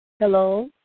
Hello